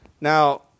Now